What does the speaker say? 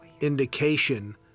indication